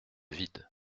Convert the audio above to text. vide